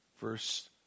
Verse